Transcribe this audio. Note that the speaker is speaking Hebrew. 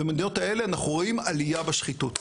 במדינות האלה אנחנו רואים עלייה בשחיתות,